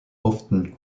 often